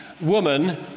woman